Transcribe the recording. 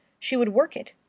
she would work it.